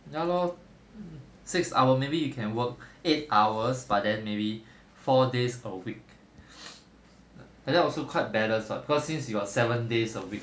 ya lor six hour maybe you can work eight hours but then maybe four days a week like that also quite balanced [what] cause since you are seven days a week